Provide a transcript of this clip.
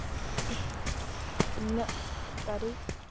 ᱱᱤᱱᱟᱹᱜ ᱛᱟᱹᱨᱤᱠ